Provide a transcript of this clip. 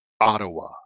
Ottawa